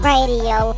Radio